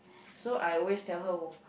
so I always tell her